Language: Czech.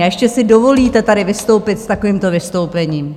A ještě si dovolíte tady vystoupit s takovýmto vystoupením.